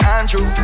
Andrew